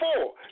four